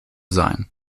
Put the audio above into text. sein